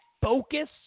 focus